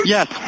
Yes